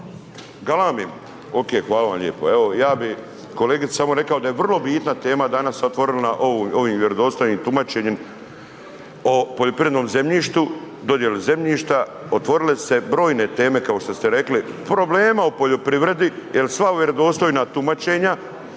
galamim, OK, hvala vam lijepo. Evo ja bih kolegici samo rekao da je vrlo bitna tema danas otvorena ovim vjerodostojnim tumačenjem o poljoprivrednom zemljištu, dodjeli zemljišta, otvorile su se brojne teme kao što ste rekli, problema u poljoprivredni jer sva vjerodostojna tumačenja,